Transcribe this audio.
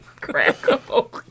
Crackle